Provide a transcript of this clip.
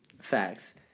Facts